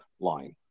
line